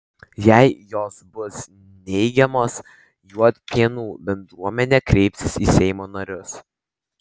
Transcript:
jei jos bus neigiamos juodpėnų bendruomenė kreipsis į seimo narius